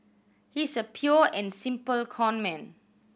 he's a pure and simple conman